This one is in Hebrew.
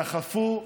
דחפו,